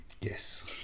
Yes